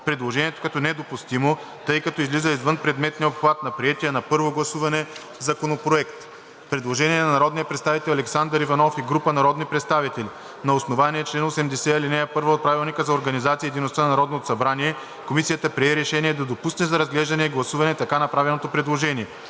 предложението като недопустимо, тъй като излиза извън предметния обхват на приетия на първо гласуване законопроект. Предложение на народния представител Александър Иванов и група и народни представители. На основание чл. 80, ал. 1 от Правилника за организацията и дейността на Народното събрание Комисията прие решение да допусне за разглеждане и гласуване така направеното предложение.